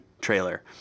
trailer